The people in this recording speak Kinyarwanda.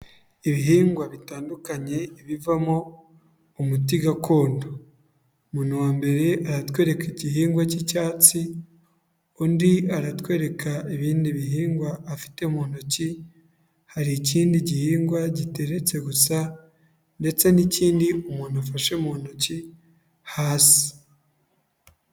Ibihingwa bitandukanye bivamo umuti gakondo, umuntu wa mbere aratwereka igihingwa cy'icyatsi, undi aratwereka ibindi bihingwa afite mu ntoki, hari ikindi gihingwa giteretse gusa ndetse n'ikindi umuntu afashe mu ntoki hasi.